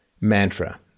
mantra